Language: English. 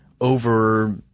over –